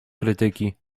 krytyki